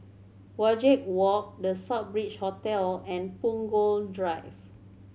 Wajek Walk The Southbridge Hotel and Punggol Drive